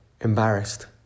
embarrassed